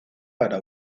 para